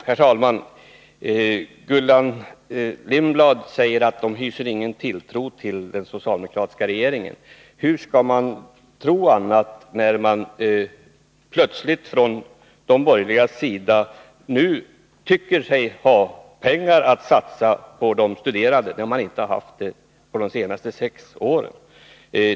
Herr talman! Gullan Lindblad säger att hon inte hyser någon tilltro till den socialdemokratiska regeringen. Hur skall man kunna tro något annat än att de borgerliga har tilltro till regeringen, när de borgerliga nu plötsligt tycker sig ha pengar att satsa på de studerande, trots att de inte hade det under de senaste sex åren?